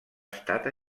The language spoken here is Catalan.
estat